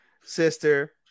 sister